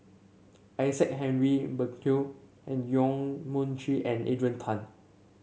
Isaac Henry Burkill and Yong Mun Chee and Adrian Tan